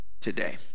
today